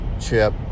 chip